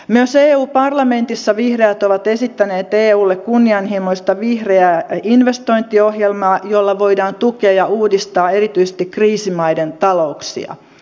myös eu parlamentissa vihreät ovat esittäneet eulle kunnianhimoista vihreää investointiohjelmaa jolla voidaan tukea ja uudistaa erityisesti kriisimaiden talouksia